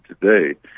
today